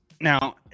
Now